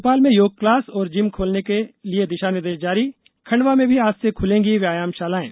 भोपाल में योग क्लास और जिम खोलने के लिए दिशानिर्देश जारी खंडवा में भी आज से खुलेंगी व्यायाम शालाएं